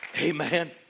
Amen